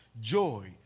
joy